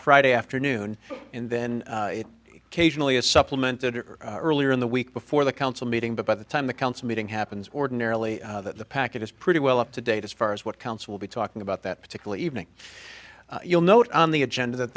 friday afternoon and then casually a supplement or earlier in the week before the council meeting but by the time the council meeting happens ordinarily the package is pretty well up to date as far as what counts we'll be talking about that particular evening you'll note on the agenda that